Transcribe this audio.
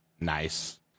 Nice